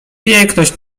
piękność